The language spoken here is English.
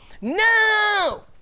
no